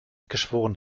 geschworen